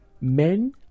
Men